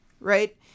right